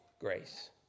grace